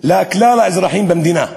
לכלל האזרחים במדינה?